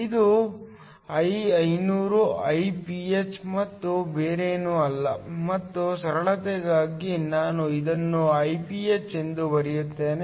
ಇದು I500 Iph ಮತ್ತು ಬೇರೇನೂ ಅಲ್ಲ ಮತ್ತು ಸರಳತೆಗಾಗಿ ನಾನು ಇದನ್ನು Iph ಎಂದು ಬರೆಯುತ್ತೇನೆ